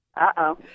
Uh-oh